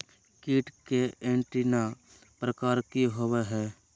कीट के एंटीना प्रकार कि होवय हैय?